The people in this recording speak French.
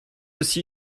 aussi